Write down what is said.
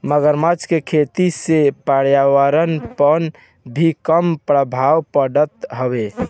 मगरमच्छ के खेती से पर्यावरण पअ भी कम प्रभाव पड़त हवे